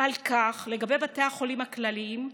על כך, לגבי בתי החולים הכלליים,